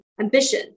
ambition